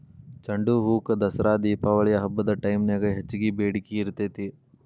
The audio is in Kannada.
ಚಂಡುಹೂಕ ದಸರಾ ದೇಪಾವಳಿ ಹಬ್ಬದ ಟೈಮ್ನ್ಯಾಗ ಹೆಚ್ಚಗಿ ಬೇಡಿಕಿ ಇರ್ತೇತಿ